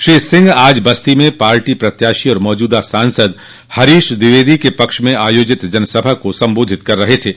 श्री सिंह आज बस्ती में पार्टी प्रत्याशी और मौजूदा सांसद हरीश द्विवेदी के पक्ष में आयोजित जनसभा को संबोधित कर रहे थे